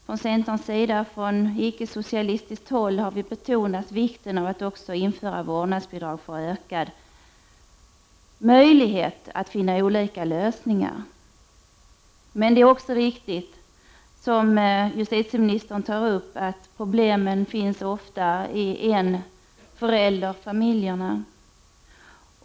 Från centern och annat ickesocialistiskt håll betonas vikten av att införa vårdnadsbidrag för att öka möjligheterna att finna olika lösningar. Men det är också viktigt att ta hänsyn till att, som justitieministern framhåller, problemen ofta finns i enförälderfamiljerna.